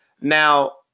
Now